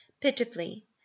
pitifully